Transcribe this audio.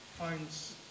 finds